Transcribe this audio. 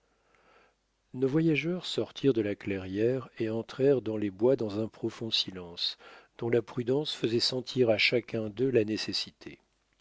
nos voyageurs sortirent de la clairière et entrèrent dans les bois dans un profond silence dont la prudence faisait sentir à chacun d'eux la nécessité